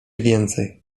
więcej